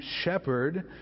shepherd